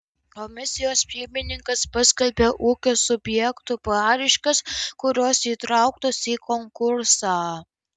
komisijos pirmininkas paskelbia ūkio subjektų paraiškas kurios įtrauktos į konkursą